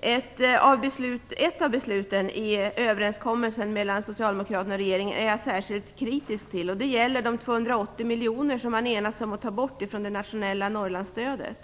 Socialdemokraterna och Centern är jag särskilt kritisk till, och det gäller de 280 miljoner som man enats om att ta bort från det nationella Norrlandsstödet.